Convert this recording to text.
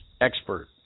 expert